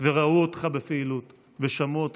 וראו אותך בפעילות ושמעו אותך.